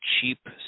cheap